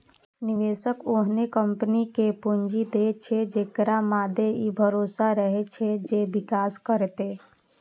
निवेशक ओहने कंपनी कें पूंजी दै छै, जेकरा मादे ई भरोसा रहै छै जे विकास करतै